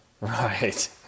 Right